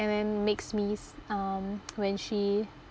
and then it makes me um when she